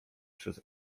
przez